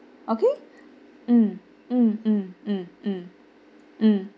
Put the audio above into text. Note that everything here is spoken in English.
okay mm mm mm mm mm mm